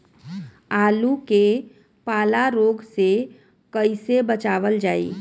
आलू के पाला रोग से कईसे बचावल जाई?